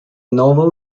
novel